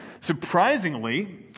Surprisingly